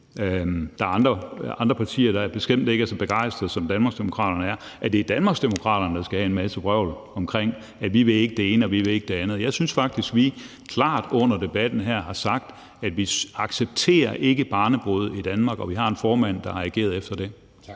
der er andre partier, der bestemt heller ikke er så begejstrede, som Danmarksdemokraterne er – mener, at det er Danmarksdemokraterne, der skal have en masse vrøvl, fordi vi ikke vil det ene og ikke vil det andet. Jeg synes faktisk, vi klart under debatten her har sagt, at vi ikke accepterer barnebrude i Danmark, og at vi har en formand, der har ageret efter det. Kl.